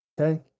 Okay